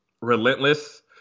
relentless